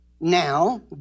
now